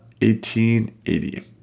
1880